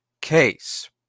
case